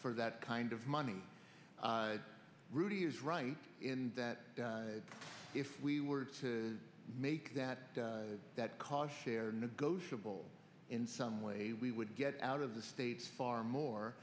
for that kind of money rudy is right in that if we were to make that that cause share negotiable in some way we would get out of the states far more